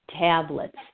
tablets